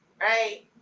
right